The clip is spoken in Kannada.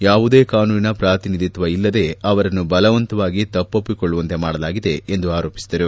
ಯಾವುದೇ ಕಾನೂನಿನ ಪ್ರಾತಿನಿಧಿತ್ವ ಇಲ್ಲದೆ ಅವರನ್ನು ಬಲವಂತವಾಗಿ ತಪ್ಪೊಪ್ಪಿಕೊಳ್ಳುವಂತೆ ಮಾಡಲಾಗಿದೆ ಎಂದು ಆರೋಪಿಸಿದರು